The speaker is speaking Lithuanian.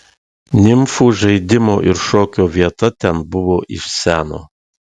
nimfų žaidimo ir šokio vieta ten buvo iš seno